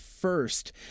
first